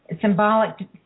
symbolic